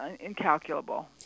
incalculable